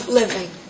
living